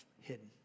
hidden